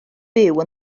byw